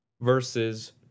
versus